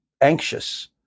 anxious